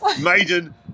Maiden